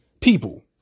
People